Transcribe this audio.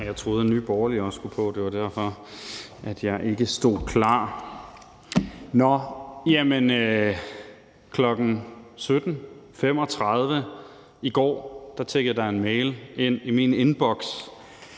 Jeg troede, Nye Borgerlige også skulle på. Det var derfor, at jeg ikke stod klar. Klokken 17.35 i går tikkede der en mail ind i min indboks